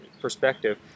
perspective